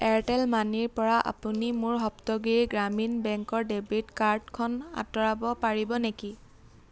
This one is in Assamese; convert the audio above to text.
এয়াৰটেল মানিৰপৰা আপুনি মোৰ সপ্তগিৰি গ্ৰামীণ বেংকৰ ডেবিট কাৰ্ডখন আঁতৰাব পাৰিব নেকি